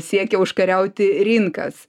siekia užkariauti rinkas